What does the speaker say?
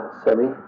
semi